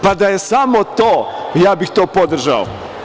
Pa, da je samo to, ja bih to podržao.